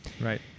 Right